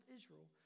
Israel